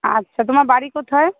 আচ্ছা তোমার বাড়ি কোথায় হয়